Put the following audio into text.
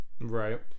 Right